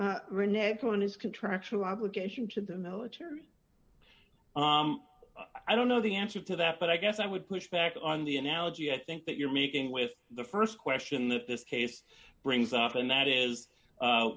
his contractual obligation to the military i don't know the answer to that but i guess i would push back on the analogy i think that you're making with the st question that this case brings up and that is